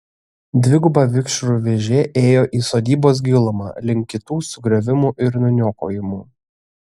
dviguba vikšrų vėžė ėjo į sodybos gilumą link kitų sugriovimų ir nuniokojimų